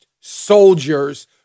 soldiers